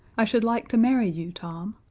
i should like to marry you, tom,